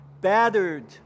...battered